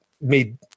made